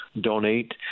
donate